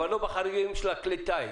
אבל לא בחריגים של כלי הטיס,